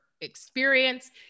experience